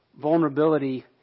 vulnerability